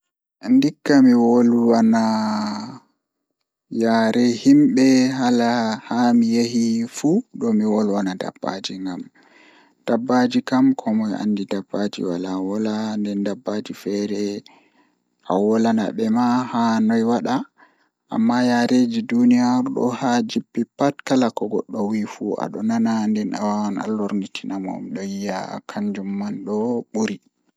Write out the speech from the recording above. Ndikka mi wolwana yaare himbe haami yahi fu dow mi wolwina dabbaji ngam dabbaji kam komoi andi dabbaji wala wolwa nden dabbaji feere awolwanabe ma haa noi wada amma amma yareeji duniya do ha ajippi pat ko goddo weefu adon nana nden awawan alornitina mo midon yia kanjum do buri